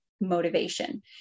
motivation